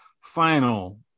final